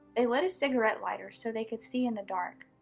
they lit a cigarette lighter so they could see in the dark.